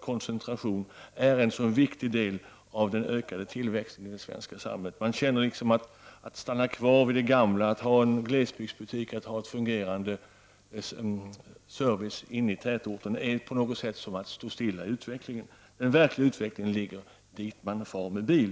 koncentration är en så viktig del av den ökade tillväxten i det svenska samhället. Att stanna kvar vid det gamla, att ha en glesbygdsbutik, att ha en fungerande service inne i tätorterna känns på något sätt som att stå stilla i utvecklingen. Den verkliga utvecklingen sker på de ställen dit man far med bil.